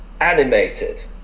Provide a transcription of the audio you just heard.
animated